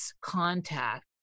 contact